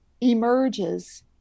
emerges